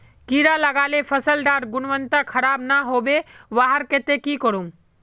कीड़ा लगाले फसल डार गुणवत्ता खराब ना होबे वहार केते की करूम?